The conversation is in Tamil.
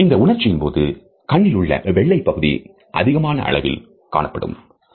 இந்த உணர்ச்சியின் போது கண்ணில் உள்ள வெள்ளைப் பகுதி அதிகமாக அளவில் காணமுடியும்